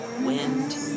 wind